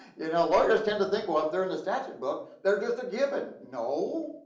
you know lawyers tend to think, well, if they're in a statute book, they're just a given, no,